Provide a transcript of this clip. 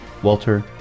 Walter